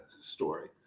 story